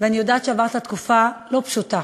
ואני יודעת שעברת תקופת לא פשוטה.